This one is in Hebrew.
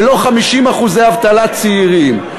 ולא 50% אבטלת צעירים.